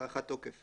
הארכת תוקף",